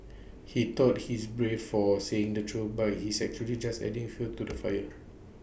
he thought he is brave for saying the truth but he is actually just adding fuel to the fire